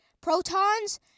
protons